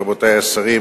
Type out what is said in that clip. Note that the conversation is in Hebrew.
רבותי השרים,